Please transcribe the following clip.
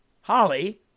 Holly